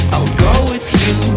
go with you.